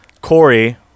Corey